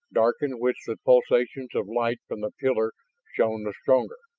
dark in which the pulsations of light from the pillar shown the stronger.